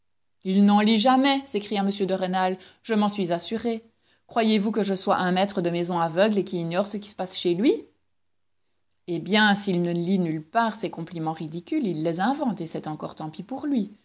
il n'en lit jamais s'écria m de rênal je m'en suis assuré croyez-vous que je sois un maître de maison aveugle et qui ignore ce qui se passe chez lui eh bien s'il ne lit nulle part ces compliments ridicules il les invente et c'est encore tant pis pour lui